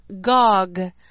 Gog